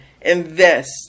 invest